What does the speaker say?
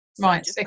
right